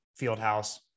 Fieldhouse